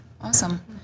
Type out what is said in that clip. awesome